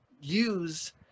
use